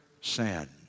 sin